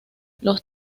los